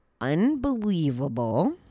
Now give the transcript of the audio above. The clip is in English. unbelievable